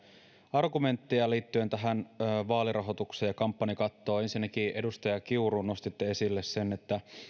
argumentteja liittyen tähän vaalirahoitukseen ja kampanjakattoon ensinnäkin edustaja kiuru nostitte esille sen että